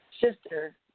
sister